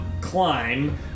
climb